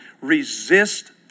resist